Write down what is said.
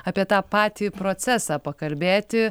apie tą patį procesą pakalbėti